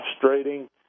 frustrating